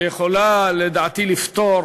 שיכולה, לדעתי, לפתור